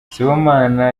sibomana